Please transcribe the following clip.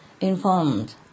informed